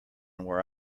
where